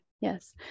Yes